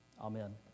Amen